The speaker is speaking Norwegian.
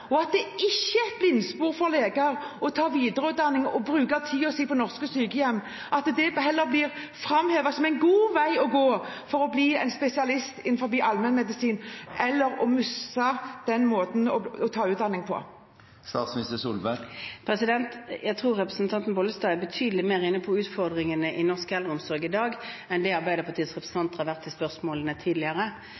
og øke her – og at det ikke er et blindspor for leger å ta videreutdanning og bruke tiden sin på norske sykehjem, at dette heller blir framhevet som en god vei å gå for å bli en spesialist i allmennmedisin, enn å miste den måten å ta utdanning på? Jeg tror representanten Bollestad er betydelig mer inne på utfordringene i norsk eldreomsorg i dag enn det Arbeiderpartiets representanter har vært i disse spørsmålene tidligere.